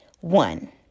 One